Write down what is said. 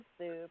soup